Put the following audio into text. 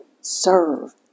serve